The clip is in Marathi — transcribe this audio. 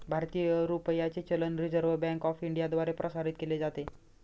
भारतीय रुपयाचे चलन रिझर्व्ह बँक ऑफ इंडियाद्वारे प्रसारित केले जाते